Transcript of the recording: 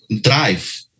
drive